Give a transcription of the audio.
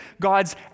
God's